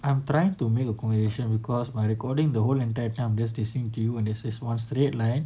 I'm trying to make a conversation because I recording the whole entire time I am just dissing you is one straight line